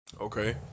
Okay